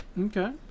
Okay